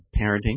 parenting